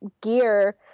gear